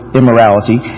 immorality